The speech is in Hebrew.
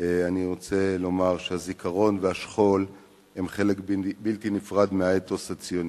אני רוצה לומר שהזיכרון והשכול הם חלק בלתי נפרד מהאתוס הציוני-ישראלי.